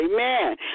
Amen